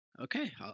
Okay